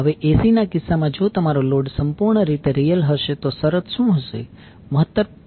હવે AC ના કિસ્સામાં જો તમારો લોડ સંપૂર્ણ રીતે રિયલ હશે તો શરત શું હશે